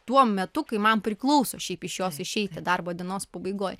tuo metu kai man priklauso šiaip iš jos išeiti darbo dienos pabaigoj